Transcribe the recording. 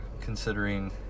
considering